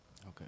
Okay